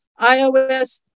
iOS